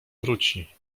wróci